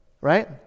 right